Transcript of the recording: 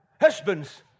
Husbands